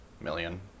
million